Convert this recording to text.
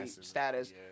status